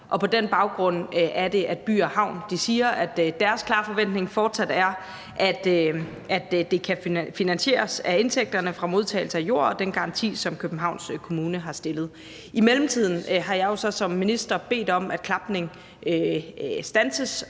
på den baggrund, at By & Havn siger, at deres klare forventning fortsat er, at det kan finansieres af indtægterne fra modtagelse af jord og den garanti, som Københavns Kommune har stillet. I mellemtiden har jeg jo så som minister bedt om, at klapning standses,